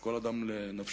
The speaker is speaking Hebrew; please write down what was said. שכל אדם לנפשו